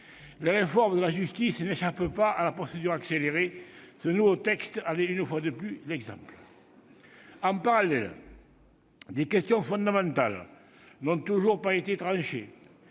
Les réformes de la justice n'échappent pas à la procédure accélérée, ce nouveau texte en est une fois de plus l'exemple. En parallèle, des questions fondamentales n'ont toujours pas été tranchées